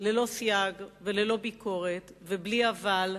ללא סייג וללא ביקורת, ובלי אבל,